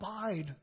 abide